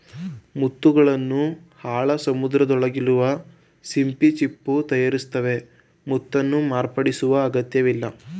ಮುತ್ತುಗಳನ್ನು ಆಳ ಸಮುದ್ರದೊಳಗಿರುವ ಸಿಂಪಿ ಚಿಪ್ಪು ತಯಾರಿಸ್ತವೆ ಮುತ್ತನ್ನು ಮಾರ್ಪಡಿಸುವ ಅಗತ್ಯವಿಲ್ಲ